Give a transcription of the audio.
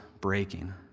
breaking